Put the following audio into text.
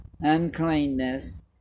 uncleanness